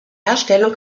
herstellung